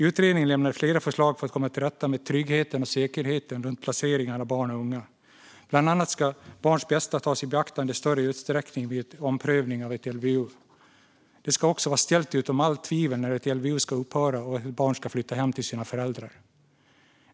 Utredningen lämnade flera förslag för att komma till rätta med tryggheten och säkerheten runt placeringar av barn och unga. Bland annat ska barns bästa tas i beaktande i större utsträckning vid omprövning av vård enligt LVU. Det ska också vara ställt utom allt tvivel när vård enligt LVU ska upphöra och ett barn ska flytta hem till sina föräldrar.